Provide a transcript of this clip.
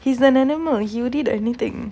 he's an animal he would eat anything